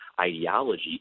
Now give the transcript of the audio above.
ideology